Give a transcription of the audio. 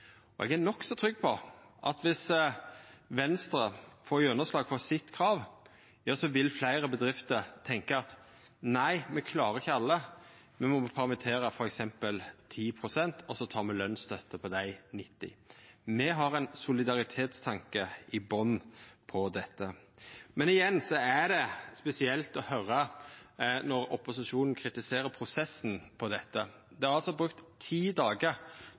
Eg er nokså trygg på at dersom Venstre får gjennomslag for sitt krav, vil fleire bedrifter tenkja at nei, me klarer ikkje alle, så me må permittera f.eks. 10 pst., og så tek me lønsstøtte for 90 pst. Me har ein solidaritetstanke i botnen for dette. Men igjen er det spesielt å høyra opposisjonen kritisere prosessen for dette. Ein har brukt ti dagar